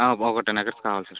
ఆ ఒక ten acres కావాలి సార్